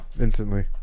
instantly